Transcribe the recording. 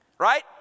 Right